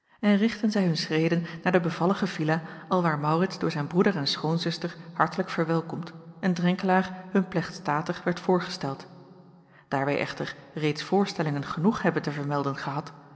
en richtten zij hun schreden naar de bevallige villa alwaar maurits door zijn broeder en schoonzuster hartelijk verwelkomd en drenkelaer hun plechtstatig werd voorgesteld daar wij echter reeds voorstellingen genoeg hebben te vermelden gehad